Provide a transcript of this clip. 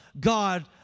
God